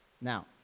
Now